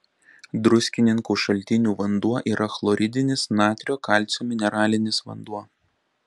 druskininkų šaltinių vanduo yra chloridinis natrio kalcio mineralinis vanduo